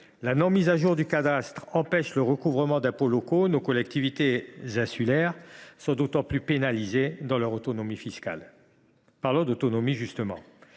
la non mise à jour du cadastre empêche le recouvrement d’impôts locaux, nos collectivités insulaires se retrouvent extrêmement pénalisées dans leur autonomie fiscale. Parlons d’autonomie, justement